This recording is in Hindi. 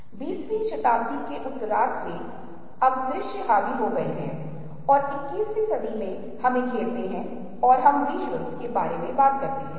जैसा कि मैंने आपको बताया कि यदि आप इन तीनों की मूल बातों के बारे में जानते हैं तो आपको इस बारे में अच्छी जानकारी मिलती है कि आप इसके साथ कैसे काम करने जा रहे हैं